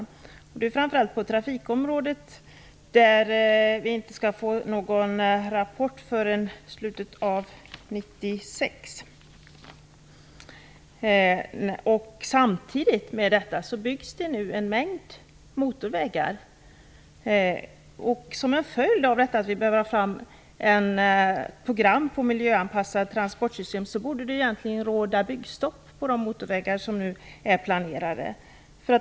Detta gäller framför allt trafikområdet, där vi inte skall få någon rapport förrän i slutet av 1996. Samtidigt byggs det nu en mängd motorvägar. Som en följd av detta att vi behöver ta fram ett program för ett miljöanpassat transportsystem, borde det egentligen råda byggstopp på de motorvägar som nu är planerade.